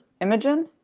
imogen